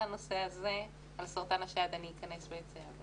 על הנושא הזה, על סרטן השד, אני אכנס ואצא.